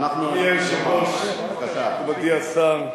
אדוני היושב-ראש, מכובדי השר,